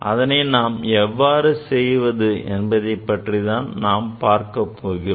அதனை நாம் எவ்வாறு செய்வது என்று பற்றிப் பார்க்கப் போகிறோம்